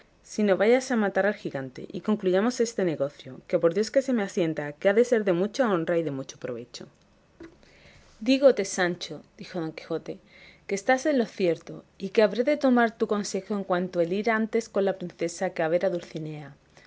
sino váyase a matar al gigante y concluyamos este negocio que por dios que se me asienta que ha de ser de mucha honra y de mucho provecho dígote sancho dijo don quijote que estás en lo cierto y que habré de tomar tu consejo en cuanto el ir antes con la princesa que a ver a dulcinea